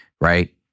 right